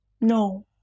No